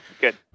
Good